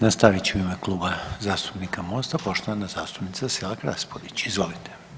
Nastavit će u ime Kluba zastupnika Mosta, poštovana zastupnica Selak Raspudić, izvolite.